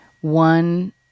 one